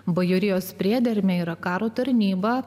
bajorijos priedermė yra karo tarnybą